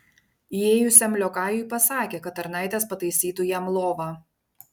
įėjusiam liokajui pasakė kad tarnaitės pataisytų jam lovą